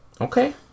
Okay